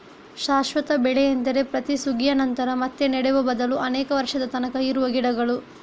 ಶಾಶ್ವತ ಬೆಳೆ ಎಂದರೆ ಪ್ರತಿ ಸುಗ್ಗಿಯ ನಂತರ ಮತ್ತೆ ನೆಡುವ ಬದಲು ಅನೇಕ ವರ್ಷದ ತನಕ ಇರುವ ಗಿಡಗಳು